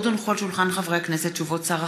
עוד הונחו על שולחן הכנסת הודעות שר